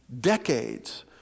decades